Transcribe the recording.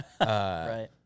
right